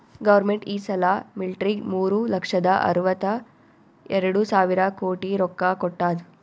government ಈ ಸಲಾ ಮಿಲ್ಟ್ರಿಗ್ ಮೂರು ಲಕ್ಷದ ಅರ್ವತ ಎರಡು ಸಾವಿರ ಕೋಟಿ ರೊಕ್ಕಾ ಕೊಟ್ಟಾದ್